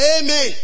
Amen